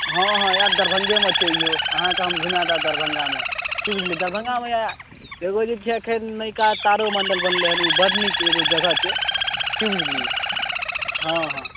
हँ हँ आयब दरभङ्गे मे छै ई यौ अहाँके घुमा देब दरभङ्गा मे की बुझलियै दरभङ्गा मे वएह एगो जे छै अखन नवका तारोमण्डल बनलै हन ओ बड्ड नीक एगो जगह छै की बुझलियै हँ हँ